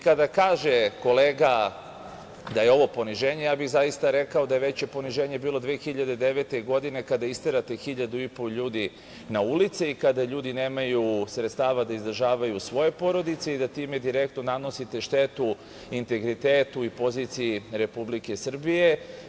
Kada kaže kolega da je ovo poniženje, ja bih zaista rekao, da je veće poniženje bilo 2009. godine kada je isterano 1500 ljudi na ulice i kada ljudi nemaju sredstava da izdržavaju svoje porodice i da time direktno nanosite štetu integritetu i poziciji Republike Srbije.